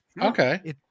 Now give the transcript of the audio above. Okay